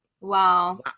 wow